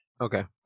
Okay